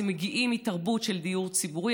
הם מגיעים מתרבות של דיור ציבורי,